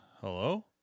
Hello